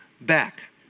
back